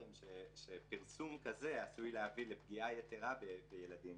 אנחנו דיברנו קודם שפרסום כזה עשוי להביא לפגיעה יתרה בילדים.